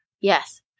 Yes